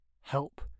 help